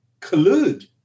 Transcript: collude